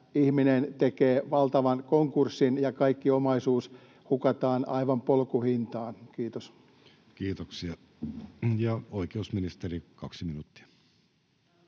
ihminen tekee valtavan konkurssin ja kaikki omaisuus hukataan aivan polkuhintaan? — Kiitos. Kiitoksia. — Ja oikeusministeri, kaksi minuuttia.